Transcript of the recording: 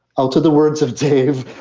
alter the words of dave,